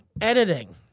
editing